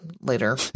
later